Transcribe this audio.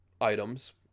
items